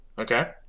Okay